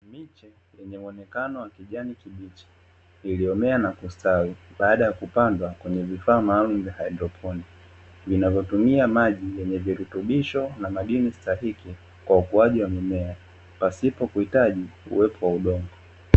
Miche yenye muonekano wa kijani kibichi iliyomea na kustawi baada ya kupandwa kwenye vifaa maalum vya hydroponiki, vinavyotumia maji yenye virutubisho na madini stahiki kwa ukuaji wa mimea pasipo kuhitaji uwepo wa udongo.